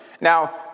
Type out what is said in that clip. Now